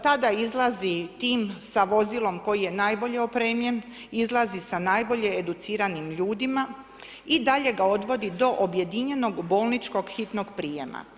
Tada izlazi tim sa vozilom koje je najbolje opremljen, izlazi sa najbolje educiranim ljudima i dalje ga odvodi do objedinjenog bolničkog hitnog prijema.